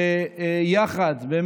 שיחד עם